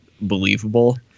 believable